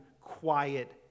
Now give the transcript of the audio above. Quiet